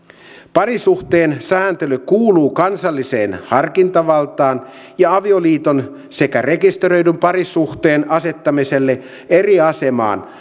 parisuhteen sääntely kuuluu kansalliseen harkintavaltaan ja avioliiton sekä rekisteröidyn parisuhteen asettamiselle eri asemaan